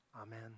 Amen